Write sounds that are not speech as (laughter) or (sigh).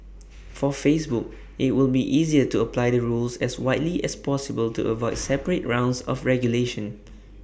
for Facebook IT will be easier to apply the rules as widely as possible to avoid (noise) separate rounds of regulation